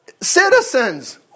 citizens